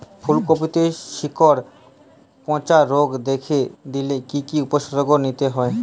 ফুলকপিতে শিকড় পচা রোগ দেখা দিলে কি কি উপসর্গ নিতে হয়?